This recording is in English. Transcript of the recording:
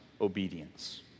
obedience